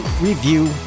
review